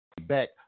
back